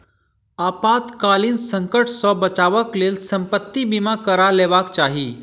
आपातकालीन संकट सॅ बचावक लेल संपत्ति बीमा करा लेबाक चाही